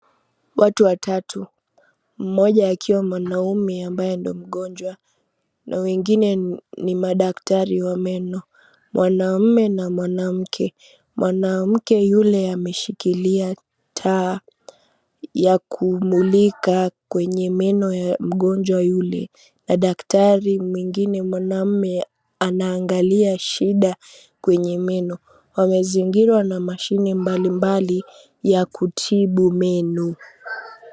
Watu watatu. Mmoja akiwa mwanamume ambaye ndio mgonjwa na wengine ni madaktari wa meno mwanamume na mwanamke. Mwanamke yule ameshikilia taa ya kumulika kwenye meno ya mgonjwa yule, na daktari mwingine mwanamume anaangalia shida kwenye meno. Wamezingirwa na mashine mbalimbali ya kutibu meno.